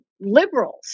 liberals